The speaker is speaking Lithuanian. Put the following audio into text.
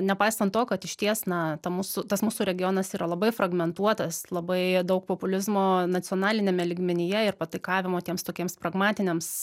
nepaisant to kad išties na ta mūsų tas mūsų regionas yra labai fragmentuotas labai daug populizmo nacionaliniame lygmenyje ir pataikavimo tiems tokiems pragmatiniams